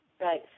Right